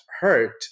Hurt